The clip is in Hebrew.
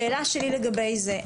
שאלה שלי לגבי זה.